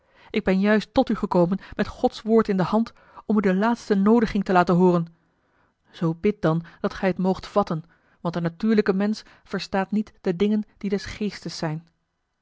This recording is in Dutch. ik ben juist tot u gekomen met gods woord in de hand om u de laatste noodiging te laten hooren zoo bidt dan dat gij het moogt vatten want de natuurlijke mensch verstaat niet de dingen die des geestes zijn